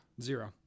Zero